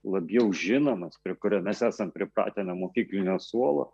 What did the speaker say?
labiau žinomas prie kurio mes esam pripratę nuo mokyklinio suolo